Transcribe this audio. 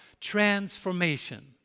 transformation